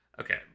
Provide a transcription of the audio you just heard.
Okay